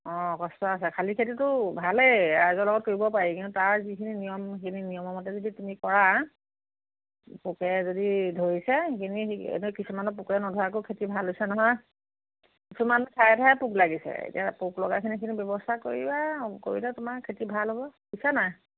অঁ কষ্ট আছে শালি খেতিতো ভালেই ৰাইজৰ লগত কৰিব পাৰি কিন্তু তাৰ যিখিনি নিয়ম সেইখিনি নিয়মৰ মতে যদি তুমি কৰা পোকে যদি ধৰিছে সেইখিনি এনেই কিছুমানৰ পোকে নধৰাকৈয়ো খেতি ভাল হৈছে নহয় কিছুমান ঠায়ে ঠায়ে পোক লাগিছে এতিয়া পোক লগাখিনি ব্যৱস্থা কৰিবা কৰিলে তোমাৰ খেতি ভাল হ'ব বুজিছানে নাই